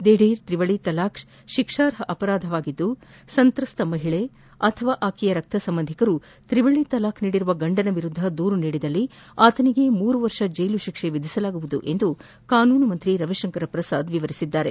ದಿಢೀರ್ ತ್ರಿವಳಿ ತಲಾಖ್ ಶಿಕ್ಸಾರ್ಹ ಅಪರಾಧವಾಗಿದ್ದು ಸಂತ್ರಸ್ತ ಮಹಿಳೆ ಅಥವಾ ಆಕೆಯ ರಕ್ತ ಸಂಬಂಧಿಕರು ತ್ರಿವಳಿ ತಲಾಕ್ ನೀಡಿರುವ ಗಂಡನ ವಿರುದ್ದ ದೂರು ನೀಡಿದರೆ ಆತನಿಗೆ ಮೂರು ವರ್ಷ ಜೈಲು ಶಿಕ್ಷೆ ವಿಧಿಸಲಾಗುವುದು ಎಂದು ಕಾನೂನು ಸಚಿವ ರವಿಶಂಕರ್ ಪ್ರಸಾದ್ ತಿಳಿಸಿದ್ದಾರೆ